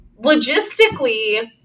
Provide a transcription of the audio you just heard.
logistically-